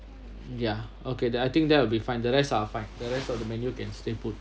ya okay then I think that will be fine the rest are fine the rest of the menu can still put